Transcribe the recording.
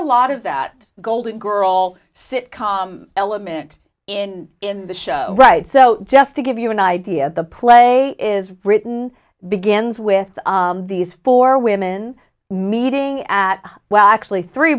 a lot of that golden girl sit com element in in the show right so just to give you an idea the play is written begins with these four women meeting at well actually three